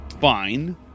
fine